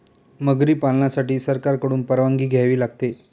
मगरी पालनासाठी सरकारकडून परवानगी घ्यावी लागते